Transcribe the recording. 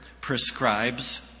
prescribes